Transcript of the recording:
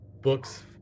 books